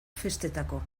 festetako